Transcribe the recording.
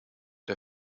der